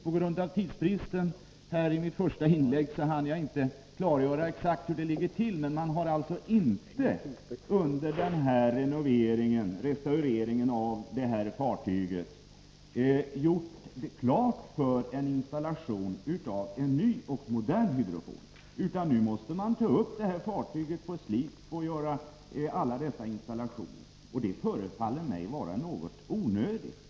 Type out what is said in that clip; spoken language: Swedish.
På grund av tidsbrist hann jag inte i mitt första inlägg klargöra exakt hur det ligger till. Man har alltså inte vid restaureringen av fartyget gjort det klart för eninstallation av nya och moderna hydrofoner. Nu måste man ta upp fartyget på slip för att göra alla dessa installationer. Det förefaller mig något onödigt.